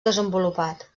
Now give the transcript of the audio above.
desenvolupat